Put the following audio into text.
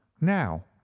now